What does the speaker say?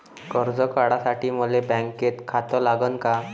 कर्ज काढासाठी मले बँकेत खातं लागन का?